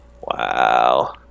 Wow